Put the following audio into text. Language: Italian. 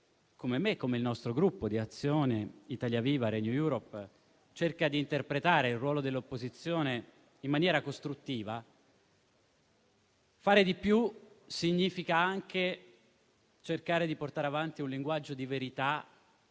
come me e come il mio Gruppo Azione-Italia Viva-Renew Europe, cerca di interpretare il ruolo dell'opposizione in maniera costruttiva, fare di più significa anche cercare di portare avanti un linguaggio di verità